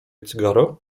cygaro